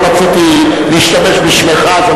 לא רציתי להשתמש בשמךְ אז.